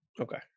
Okay